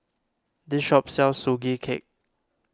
this shop sells Sugee Cake